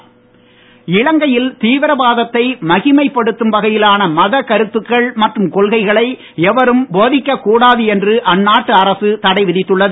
இலங்கை இலங்கையில் தீவிரவாதத்தை மகிமை படுத்தும் வகையிலான மதக்கருத்துக்கள் மற்றும் கொள்கைகளை எவரும் போதிக்க கூடாது என்று அந்நாட்டு அரசு தடைவிதித்துள்ளது